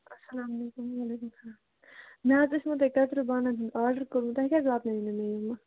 اَسلامُ علیکُم ورحمتُہ اللہ مےٚ حظ ٲسمو تُہۍ کترو بانن ہُنٛد آرڈر کوٚرمُت تُہۍ کیٛاہ زِ واتنٲوٕ نہٕ مےٚ یِم یِمہٕ